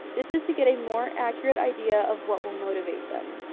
this is to get a more accurate idea of what will motivate them.